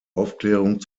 aufklärung